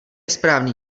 správný